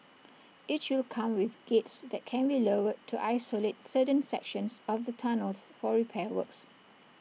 each will come with gates that can be lowered to isolate certain sections of the tunnels for repair works